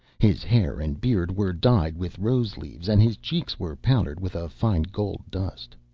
his hair and beard were dyed with rose-leaves, and his cheeks were powdered with a fine gold dust.